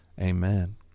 Amen